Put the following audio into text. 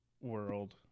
world